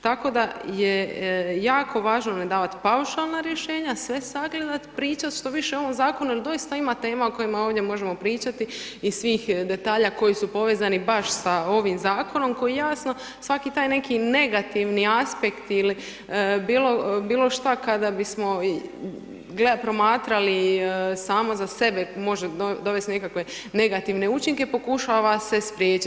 Tako da je kako važno ne davati paušalna rješenja, sve sagledati, pričat što više o ovom zakonu jer doista ima tema o kojima ovdje možemo pričati i svih detalja koje su povezani baš sa ovim zakonom, koji jasno svaki taj neki negativni aspekt ili bilo šta kada bismo promatrali samo za sebe, može dovesti nekakve negativne učinke, pokušava se spriječiti.